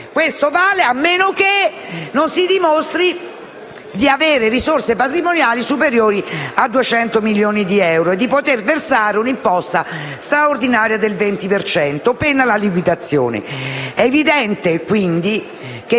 Questo vale a meno che non si dimostri di avere risorse patrimoniali superiori a 200 milioni di euro e di poter versare un'imposta straordinaria pari al 20 per cento, pena la liquidazione. È evidente, quindi, che